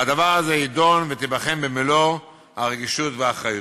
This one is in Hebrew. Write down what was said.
והדבר הזה יידון וייבחן במלוא הרגישות והאחריות.